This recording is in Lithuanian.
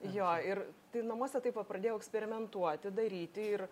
jo ir tai namuose taip va pradėjau eksperimentuoti daryti ir